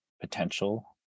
potential